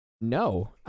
No